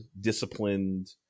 disciplined